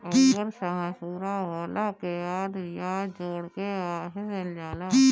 अउर समय पूरा होला के बाद बियाज जोड़ के वापस मिल जाला